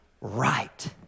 right